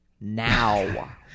Now